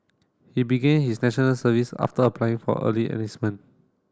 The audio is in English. he began his National Service after applying for early enlistment